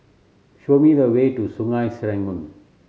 show me the way to Sungei Serangoon